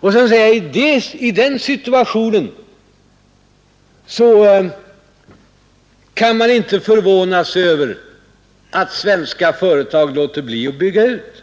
Och sedan fortsätter man: I den situationen kan man inte förvåna sig över att svenska företag låter bli att bygga ut.